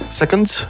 seconds